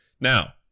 Now